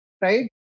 right